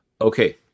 okay